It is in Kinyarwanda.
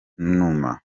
numa